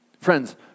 Friends